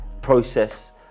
process